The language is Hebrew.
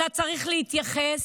אתה צריך להתייחס,